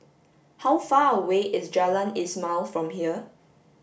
how far away is Jalan Ismail from here